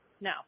no